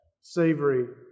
savory